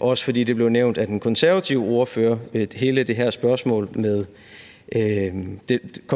også fordi det spørgsmål blev nævnt af den konservative ordfører, hvor det